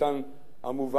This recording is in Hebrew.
המובהק משנינו.